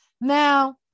Now